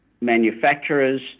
manufacturers